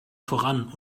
voran